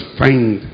find